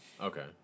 Okay